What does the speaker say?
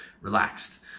relaxed